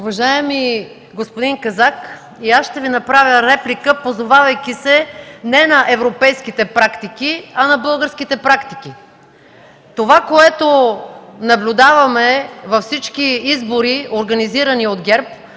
Уважаеми господин Казак, и аз ще Ви направя реплика, позовавайки се не на европейските практики, а на българските практики. Това, което наблюдаваме във всички избори, организирани от ГЕРБ,